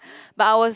but I was